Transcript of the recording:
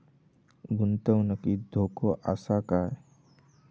गुंतवणुकीत धोको आसा काय?